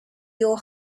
your